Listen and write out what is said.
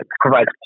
provides